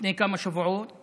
לפני כמה שבועות